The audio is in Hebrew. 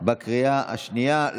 עבר בקריאה השנייה.